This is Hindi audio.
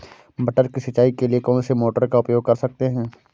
मटर की सिंचाई के लिए कौन सी मोटर का उपयोग कर सकते हैं?